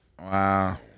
Wow